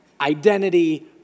identity